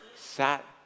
sat